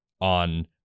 on